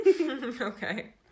Okay